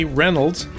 reynolds